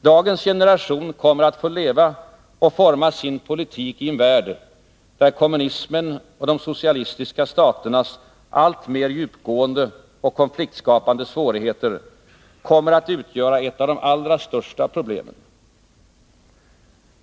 Dagens generation kommer att få leva och forma sin politik i en värld där kommunismen och de socialistiska staternas alltmer djupgående och konfliktskapande svårigheter kommer att utgöra ett av de allra största problemen.